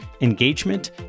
engagement